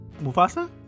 Mufasa